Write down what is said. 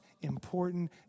important